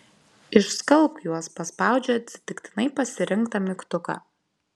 išskalbk juos paspaudžiu atsitiktinai pasirinktą mygtuką